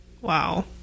Wow